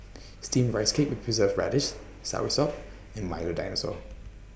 Steamed Rice Cake with Preserved Radish Soursop and Milo Dinosaur